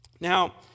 Now